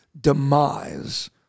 demise